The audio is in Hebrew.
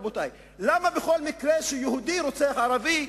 רבותי: למה בכל מקרה שיהודי רוצח ערבי,